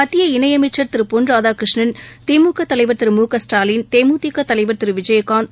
மத்திய இணையமைச்சர் திரு பொள் ராதாகிருஷ்ணன் திமுக தலைவர் திரு மு க ஸ்டாலின் தேமுதிக தலைவர் திரு விஜயகாந்த்